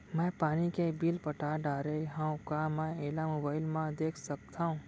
मैं पानी के बिल पटा डारे हव का मैं एला मोबाइल म देख सकथव?